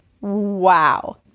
Wow